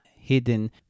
hidden